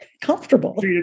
Comfortable